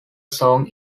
song